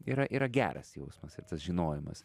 yra yra geras jausmas ir tas žinojimas